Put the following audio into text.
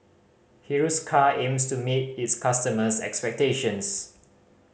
Hiruscar aims to meet its customers' expectations